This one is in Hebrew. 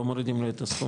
לא מורידים לו את הסכום.